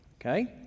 Okay